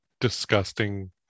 disgusting